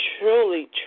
truly